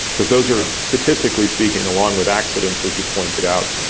cause those are, statistically speaking, along with accidents as you pointed out,